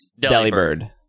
Delibird